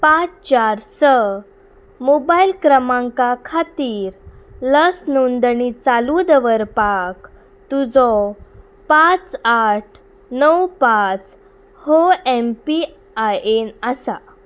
पांच चार स मोबायल क्रमांका खातीर लस नोंदणी चालू दवरपाक तुजो पांच आठ णव पांच हो एम पी आय एन आसा